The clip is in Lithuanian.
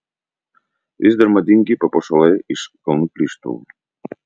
vis dar madingi papuošalai iš kalnų krištolų